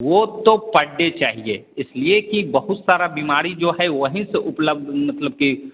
वो तो per day चाहिए इसलिए कि बहुत सारा बीमारी जो है वहीं से उपलब्ध मतलब कि